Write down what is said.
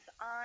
on